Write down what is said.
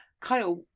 Kyle